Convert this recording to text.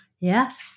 Yes